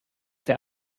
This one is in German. der